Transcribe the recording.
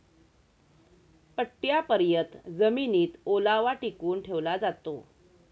पट्टयापर्यत जमिनीत ओलावा टिकवून ठेवला जातो